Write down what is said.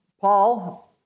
Paul